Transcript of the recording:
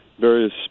various